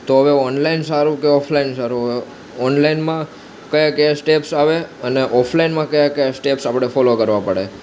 તો હવે ઓનલાઈન સારું કે ઓફલાઈન સારું ઓનલાઈનમાં કયા કયા સ્ટેપ્સ આવે અને ઓફલાઈનમાં કયા કયા સ્ટેપ્સ આપણે ફોલો કરવા પડે